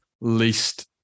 least